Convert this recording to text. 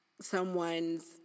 someone's